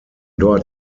dort